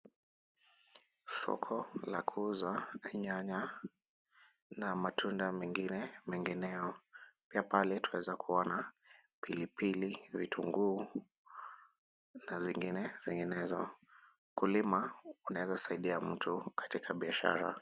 Soko la kuuza nyanya na matunda mengine mengineyo. Pia pale twaweza kuona pilipili, vitunguu na zingine zinginezo. Ukulima unaweza saidia mtu katika biashara.